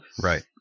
Right